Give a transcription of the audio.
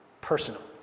personal